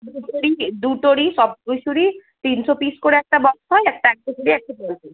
দুটোরই দুটোরই সব কিছুরই তিনশো পিস করে একটা বক্স হয় একটা একশো থেকে একশো কুড়ি পিস